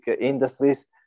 industries